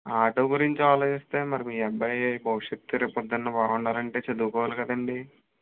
auto గురించి ఆలోచిస్తే మరి మీ అబ్బాయి భవిష్యత్తు రేపు పొద్దున్న బాగుండాలంటే చదువుకోవాలి కదండి